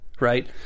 Right